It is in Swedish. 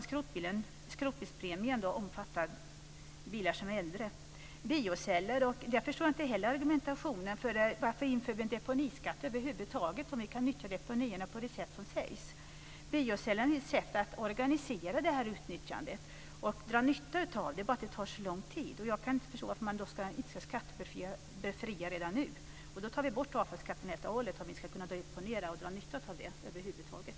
Skrotbilspremien kan då omfatta bilar som är äldre. När det gäller biocellen förstår jag heller inte argumentationen. Varför inför vi en deponiskatt över huvud taget om vi kan utnyttja deponierna på det sätt som sägs? Biocellen är ju ett sätt att organisera det här utnyttjandet och dra nytta av det. Det är bara det att det tar så lång tid. Jag kan då inte förstå varför man inte ska skattebefria den redan nu. Vi tar bort avfallsskatten helt och hållet om vi ska kunna deponera och dra nytta av biocellen över huvud taget.